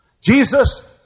Jesus